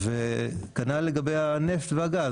וכנ"ל לגבי הנפט והגז